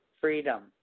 freedom